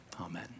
Amen